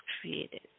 created